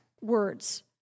words